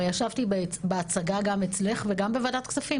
הרי ישבתי בהצגה גם אצלך וגם בוועדת כספים.